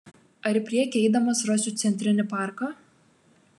ar į priekį eidamas rasiu centrinį parką